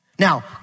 Now